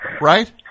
Right